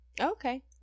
Okay